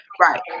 right